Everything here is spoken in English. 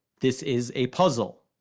this is a puzzle.